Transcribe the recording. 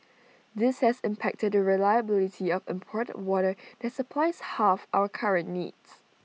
this has impacted the reliability of imported water that supplies half our current needs